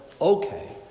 Okay